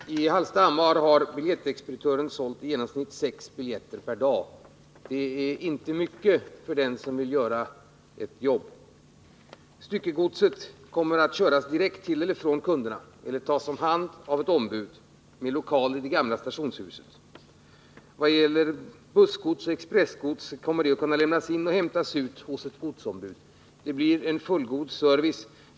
Herr talman! I Hallstahammar har biljettexpeditören sålt i genomsnitt sex biljetter per dag, och det är inte mycket för den som vill göra ett jobb. Styckegodset kommer att köras direkt till eller från kunderna eller tas om hand av ett ombud i det gamla stationshusets lokaler. Bussgods och expressgods kommer att kunna lämnas in eller hämtas ut hos ett godsombud. Man får alltså en fullgod service i detta avseende.